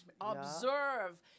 observe